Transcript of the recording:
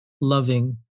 loving